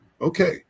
okay